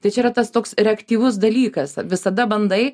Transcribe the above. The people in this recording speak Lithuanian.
tai čia yra tas toks reaktyvus dalykas visada bandai